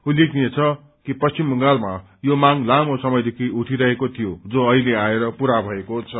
उल्लेखनीय छ कि पश्चिम बंगालमा यो मांग लामो समयदेखि उठिरहेको थियो जो अहिले आएर पूरा भएको छ